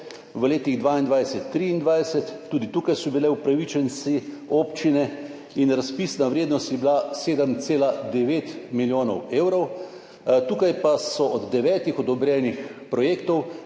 v letih 2022 in 2023. Tukaj so bile upravičenci občine in razpisna vrednost je bila 7,9 milijona evrov. Tukaj pa so od devetih odobrenih projektov